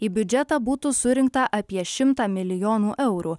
į biudžetą būtų surinkta apie šimtą milijonų eurų